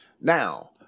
now